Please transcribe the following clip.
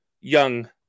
young